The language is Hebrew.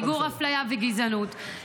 מיגור אפליה וגזענות,